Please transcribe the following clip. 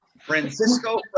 Francisco